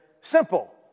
simple